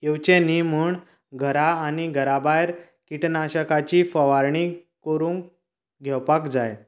येवंचे न्ही म्हण घरा आनी घरा भायर किटकनाशकांची फव्वारणी करून घेवपाक जाय